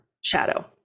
shadow